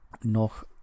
Noch